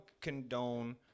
condone